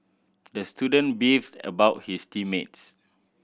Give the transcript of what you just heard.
the student beefed about his team mates